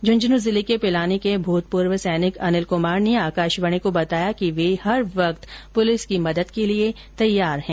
झुंझुनू ज़िले के पिलानी के भूतपूर्व सैनिक अनिल कुमार ने आकाशवाणी को बताया कि वे हर वक्त प्रलिस की मदद के लिए तैयार है